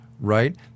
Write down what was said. Right